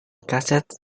kaset